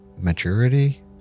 maturity